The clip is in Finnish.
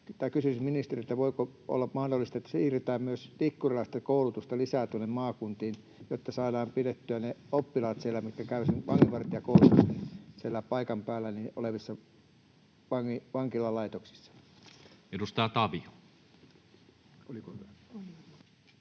Kysyisin ministeriltä: voiko olla mahdollista, että siirretään Tikkurilasta koulutusta lisää myös maakuntiin, jotta saadaan pidettyä siellä ne oppilaat, mitkä käyvät sen vanginvartijakoulutuksen siellä paikan päällä olevissa vankilalaitoksissa? Anteeksi? Kevennys, selvä.